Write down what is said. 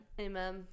amen